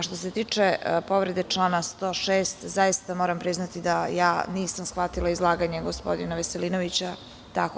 Što se tiče povrede člana 106, zaista moram priznati da ja nisam shvatila izlaganje gospodina Veselinovića tako.